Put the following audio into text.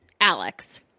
Alex